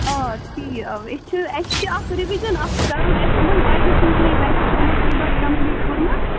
آ تی آ أسۍ چھِ اسہِ چھِ اکھ رِوجَن اکھ کرُن اسہِ اہنٛد بچہِ چھِنہٕ کِہیٖنۍ ویسے چھِ یِمو سیٚلبَس کمپٕلیٖٹ کوٚرمُت